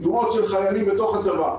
תנועות של חיילים בתוך הצבא.